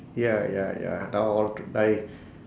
ya ya ya now all dying